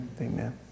Amen